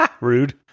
Rude